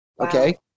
Okay